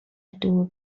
دور